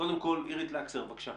קודם כול, אירית לקסר, בבקשה.